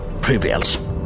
prevails